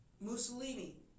Mussolini